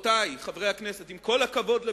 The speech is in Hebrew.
רבותי חברי הכנסת, עם כל הכבוד לבית-המשפט,